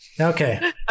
Okay